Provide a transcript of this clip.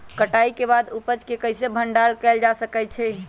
कटाई के बाद उपज के कईसे भंडारण कएल जा सकई छी?